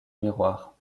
miroir